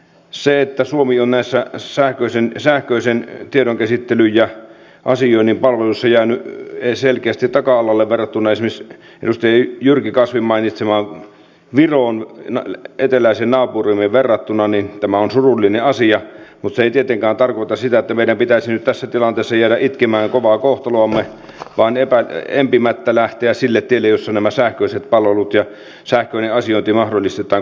se että suomi on näissä sähköisen tiedonkäsittelyn ja asioinnin palveluissa jäänyt selkeästi taka alalle verrattuna esimerkiksi edustaja jyrki kasvin mainitsemaan viroon eteläiseen naapuriimme on surullinen asia mutta se ei tietenkään tarkoita sitä että meidän pitäisi nyt tässä tilanteessa jäädä itkemään kovaa kohtaloamme vaan pitää empimättä lähteä sille tielle jossa nämä sähköiset palvelut ja sähköinen asiointi mahdollistetaan koko maassa